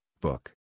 book